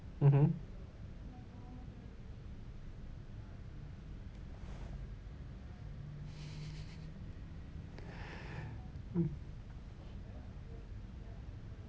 mmhmm mm